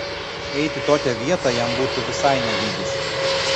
eit į tokią vietą jam būtų visai ne lygis